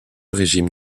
régime